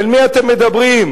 אל מי אתם מדברים?